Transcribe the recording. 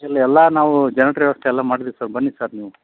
ಇಲ್ಲಿ ಎಲ್ಲ ನಾವು ಜನ್ಟ್ರು ವ್ಯವಸ್ಥೆ ಎಲ್ಲ ಮಾಡಿದ್ದೀವಿ ಸರ್ ಬನ್ನಿ ಸರ್ ನೀವು